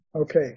Okay